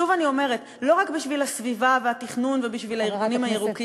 שוב אני אומרת: לא רק בשביל הסביבה והתכנון ובשביל הארגונים הירוקים,